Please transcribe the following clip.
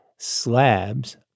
Slabs